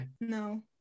No